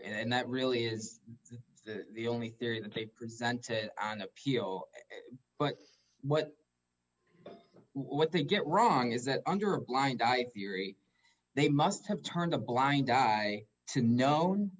here and that really is the only theory that they presented on appeal but what what they get wrong is that under a blind eye theory they must have turned a blind eye to a known